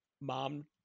Mom